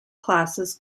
classes